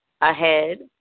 ahead